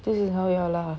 this is how you all lah